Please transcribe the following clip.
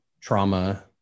trauma